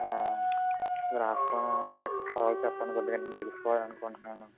మీ రాష్ట్రం యొక్క కళలు చెప్పండి కొద్దిగా నేను తెలుసుకోవాలనుకుంటున్నాను